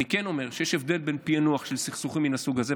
אני כן אומר שיש הבדל בין פיענוח של סכסוכים מן הסוג הזה,